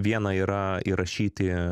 viena yra įrašyti